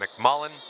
McMullen